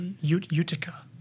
utica